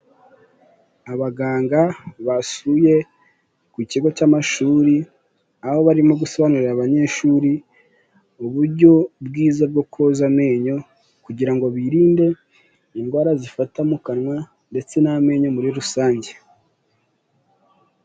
Abaganga basuye ku kigo cy'amashuri, aho barimo gusobanurira abanyeshuri uburyo bwiza bwo koza amenyo, kugira ngo birinde indwara zifata mu kanwa ndetse n'amenyo muri rusange.